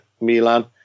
Milan